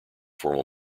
formal